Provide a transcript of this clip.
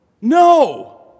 No